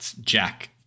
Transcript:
Jack